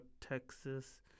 Texas